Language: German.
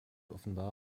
offenbar